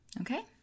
Okay